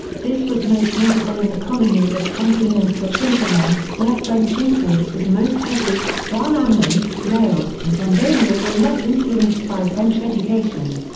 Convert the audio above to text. this was most notable in the colonies of tonkin and cochinchina, where french influence was most heavy, while annam, laos and cambodia were less influenced by french education.